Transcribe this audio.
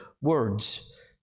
words